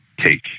take